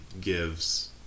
gives